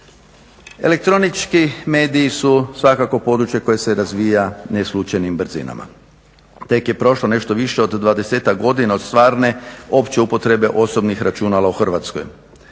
Elektronički mediji su svakako područje koje se razvija neslučajnim brzinama. Tek je prošlo nešto više od 20-ak godina od stvarne opće upotrebe osobnih računala u Hrvatskoj.